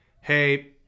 hey